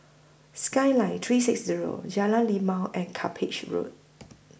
Skyline three six Zero Jalan Lima and Cuppage Road